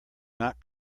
not